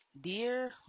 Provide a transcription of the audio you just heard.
Dear